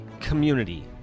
community